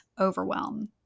overwhelm